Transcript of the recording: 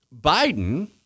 Biden